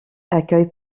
accueille